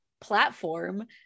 platform